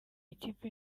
ikipe